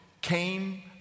came